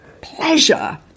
pleasure